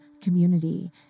community